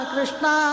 Krishna